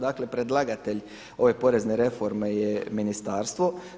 Dakle predlagatelj ove porezne reforme je ministarstvo.